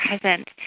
present